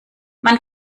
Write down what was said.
man